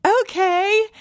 okay